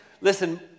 Listen